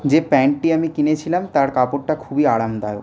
যে প্যান্টটি আমি কিনেছিলাম তার কাপড়টা খুবই আরামদায়ক